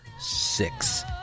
six